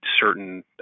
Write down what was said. certain